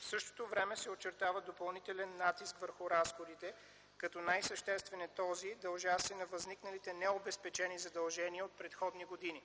В същото време се очертава допълнителен натиск върху разходите, като най-съществен е този дължащ се на възникналите необезпечени задължения от предходни години,